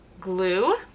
glue